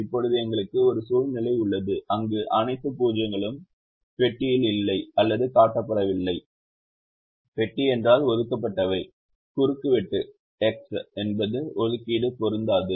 இப்போது எங்களுக்கு ஒரு சூழ்நிலை உள்ளது அங்கு அனைத்து 0 களும் பெட்டியில் இல்லை அல்லது கடக்கப்படவில்லை பெட்டி என்றால் ஒதுக்கப்பட்டவை குறுக்குவெட்டு என்பது ஒதுக்கீடுக்கு பொருந்தாது